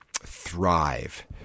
thrive